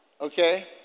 Okay